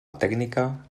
tècnica